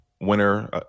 winner